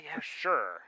Sure